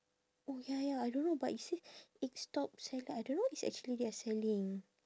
oh ya ya I don't know but it say egg stop salad I don't know what is actually they are selling